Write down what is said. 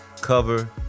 cover